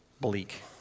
bleak